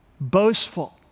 boastful